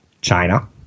china